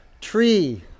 Tree